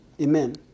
Amen